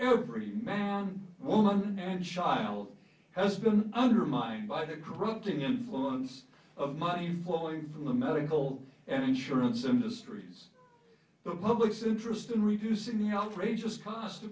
every man woman and child has been undermined by the corrupting influence of money flowing from the medical and insurance industries the public's interest in reducing the outrageous cost